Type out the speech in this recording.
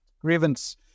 grievance